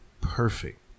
perfect